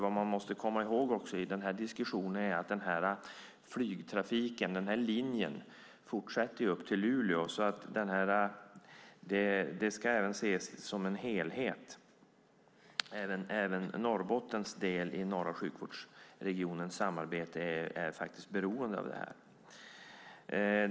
Vad man måste komma ihåg i diskussionen är nämligen att denna flygtrafik, denna linje, fortsätter upp till Luleå. Det ska alltså ses som en helhet. Även Norrbottens del av norra sjukvårdsregionens samarbete är faktiskt beroende av detta.